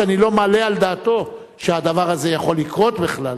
ואני לא מעלה על דעתי שהדבר הזה יכול לקרות בכלל,